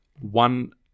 one